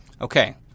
Okay